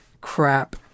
Crap